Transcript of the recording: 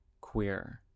queer